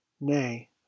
Nay